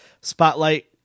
Spotlight